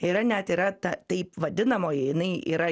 yra net yra ta taip vadinamoji jinai yra